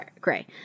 gray